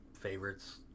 favorites